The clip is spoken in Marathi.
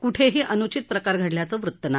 कुठही अनुषित प्रकार घडल्याचं वृत्त नाही